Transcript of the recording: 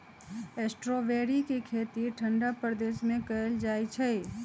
strawberry के खेती ठंडा प्रदेश में कएल जाइ छइ